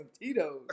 Tito's